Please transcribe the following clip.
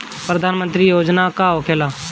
प्रधानमंत्री योजना का होखेला?